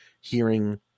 hearing